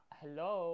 hello